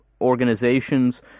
organizations